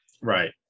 Right